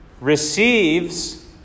receives